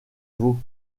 veau